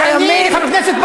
צא החוצה.